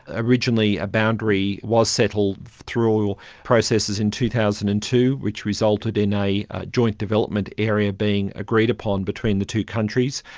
originally a boundary was settled through processes in two thousand and two which resulted in a joint development area being agreed upon between the two countries.